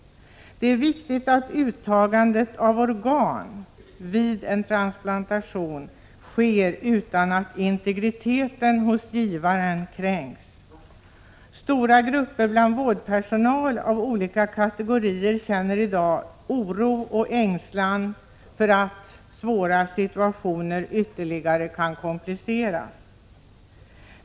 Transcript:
Det är viktigt att uttagandet av organ vid en transplantation sker utan att integriteten hos givaren kränks. Stora grupper vårdpersonal av olika kategorier känner i dag oro och ängslan för att svåra situationer ytterligare kan kompliceras.